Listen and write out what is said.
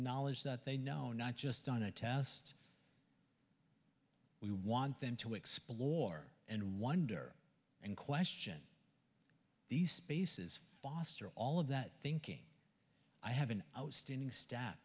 knowledge that they know not just on a test we want them to explore and wonder and question these spaces foster all of that thinking i have an outstanding staff